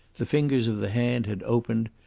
the fingers of the hand had opened,